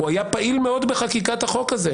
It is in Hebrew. הוא היה פעיל מאוד בחקיקת החוק הזה.